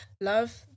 love